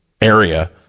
area